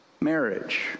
marriage